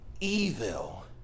evil